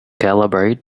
calibrate